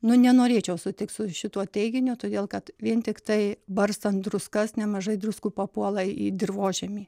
nu nenorėčiau sutikt su šituo teiginiu todėl kad vien tiktai barstant druskas nemažai druskų papuola į dirvožemį